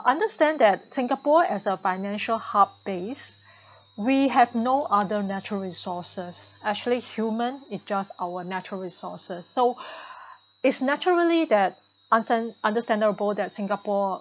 understand that singapore as a financial hub base we have no other natural resources actually human it just our natural resources so is naturally that Unstand~ understandable that singapore